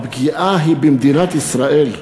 הפגיעה היא במדינת ישראל,